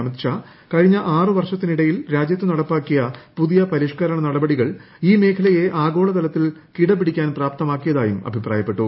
അമിത്ഷാ കഴിഞ്ഞ ആറ് വർഷത്തിനിടയിൽ രാജ്യത്ത് നടപ്പാക്കിയ പുതിയ പരിഷ്ക്കരണ നടപടികൾ ഈ മേഖലയെ ആഗോള തലത്തിൽ കിടപിടിക്കാൻ പ്രാപ്തമാക്കിയതായും അഭിപ്രായപ്പെട്ടു